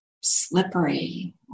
slippery